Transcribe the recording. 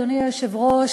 אדוני היושב-ראש,